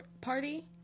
party